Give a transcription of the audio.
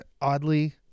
oddly